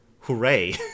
Hooray